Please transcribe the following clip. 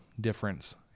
difference